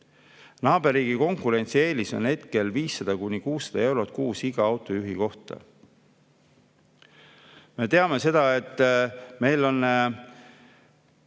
Naaberriigi konkurentsieelis on hetkel 500–600 eurot kuus iga autojuhi kohta. Me teame seda, et meil on